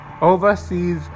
Overseas